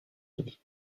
unis